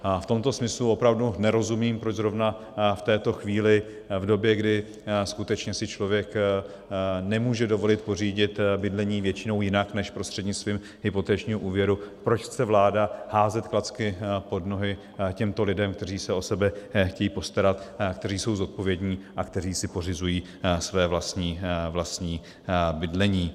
V tomto smyslu opravdu nerozumím, proč zrovna v této chvíli, v době, kdy skutečně si člověk nemůže dovolit pořídit bydlení většinou jinak než prostřednictvím hypotečního úvěru, proč chce vláda házet klacky pod nohy těmto lidem, kteří se o sebe chtějí postarat, kteří jsou zodpovědní a pořizují si svoje vlastní bydlení.